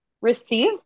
receive